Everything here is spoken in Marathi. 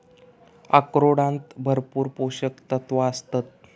अक्रोडांत भरपूर पोशक तत्वा आसतत